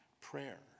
prayer